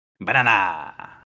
Banana